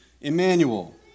Emmanuel